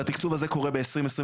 התקצוב הזה קורה ב-2023,